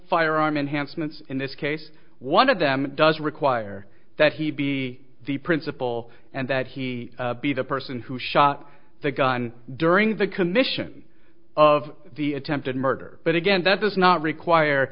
firearm enhancements in this case one of them does require that he be the principal and that he be the person who shot the gun during the commission of the attempted murder but again that does not require